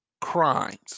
crimes